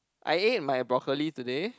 I ate my brocolli today